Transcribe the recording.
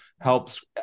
helps